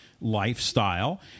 lifestyle